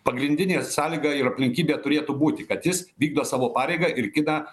pagrindinė sąlyga ir aplinkybė turėtų būti kad jis vykdo savo pareigą ir gina